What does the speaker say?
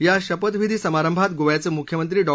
या शपथविधी समारंभात गोव्याचे मुख्यमंत्री डॉ